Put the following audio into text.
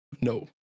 No